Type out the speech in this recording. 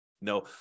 No